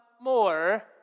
more